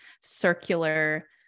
circular